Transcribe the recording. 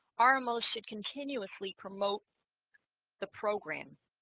um rmos should continuously promote the program